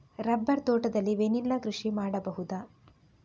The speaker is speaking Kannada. ರಬ್ಬರ್ ತೋಟದಲ್ಲಿ ವೆನಿಲ್ಲಾ ಕೃಷಿ ಮಾಡಬಹುದಾ?